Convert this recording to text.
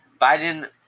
Biden